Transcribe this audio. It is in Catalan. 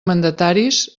mandataris